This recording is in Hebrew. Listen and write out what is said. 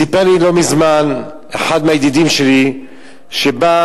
סיפר לי לא מזמן אחד מהידידים שלי שמישהו